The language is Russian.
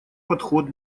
подход